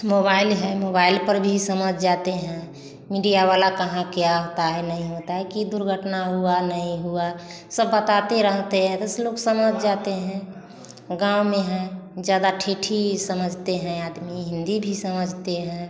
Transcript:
mobile है mobile पर भी समझ जाते हैं मीडिया वाला कहाँ क्या होता है नहीं होता है कि दुर्घटना हुआ नहीं हुआ सब बताते रहते हैं लोग समझ जाते हैं गाँव में हैं जगह ठेठी समझते हैं आदमी हिंदी भी समझते हैं